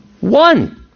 One